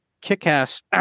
kick-ass